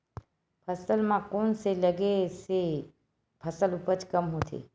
फसल म कोन से लगे से फसल उपज कम होथे?